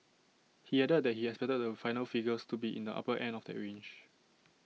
he added that he expected the final figures to be in the upper end of that range